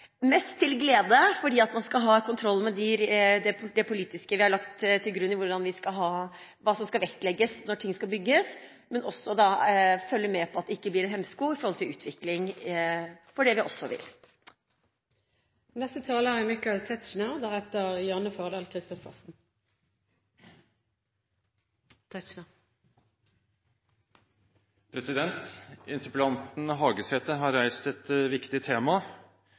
mest til glede, for man skal ha kontroll med det politiske vi har lagt til grunn når det gjelder hva som skal vektlegges når ting skal bygges, men vi må også følge med på at det ikke blir en hemsko for utvikling av det vi også vil. Interpellanten Hagesæter har reist et viktig tema.